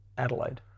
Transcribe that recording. Adelaide